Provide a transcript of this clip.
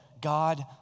God